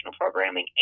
programming